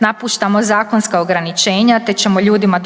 napuštamo zakonska ograničenja te ćemo ljudima dozvoliti